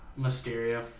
Mysterio